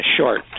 short